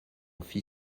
fit